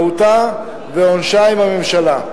מהותה ועונשה עם הממשלה.